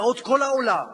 בעוד כל העולם אומר: